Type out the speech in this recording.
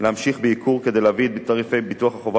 להמשיך בייקור כדי להביא את תעריפי ביטוח החובה